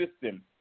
system